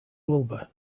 wilbur